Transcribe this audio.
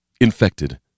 Infected